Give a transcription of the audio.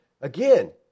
again